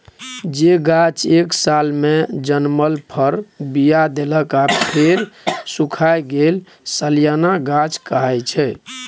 जे गाछ एक सालमे जनमल फर, बीया देलक आ फेर सुखाए गेल सलियाना गाछ कहाइ छै